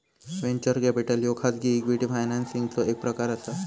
venture capital ह्यो खाजगी equity फायनान्सिंगचो एक प्रकार असा